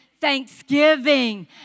thanksgiving